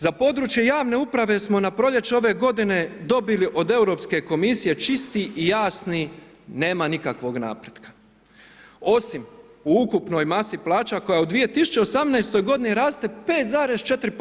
Za područje javne uprave smo na proljeće ove godine dobili od Europske komisije čisti i jasni „nema nikakvog napretka“ osim u ukupnoj masi plaća koja u 2018. g. raste 5,4%